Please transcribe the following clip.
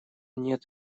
нет